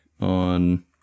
on